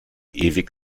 ewig